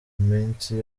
minsi